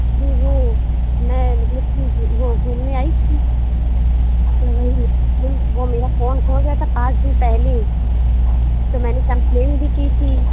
جی وہ میں مطلب کہ وہ گھومنے آئی تھی وہ میرا فون کھو گیا تھا پانچ دِن پہلے تو میں نے کمپلین بھی کی تھی